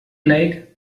like